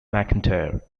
mcentire